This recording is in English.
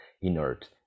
inert